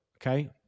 Okay